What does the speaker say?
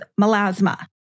melasma